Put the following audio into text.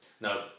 Now